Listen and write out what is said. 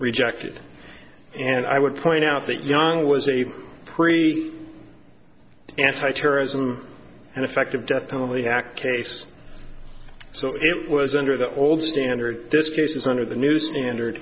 rejected and i would point out that young was a three anti terrorism and effective death penalty act case so it was under the old standard this case is under the new stand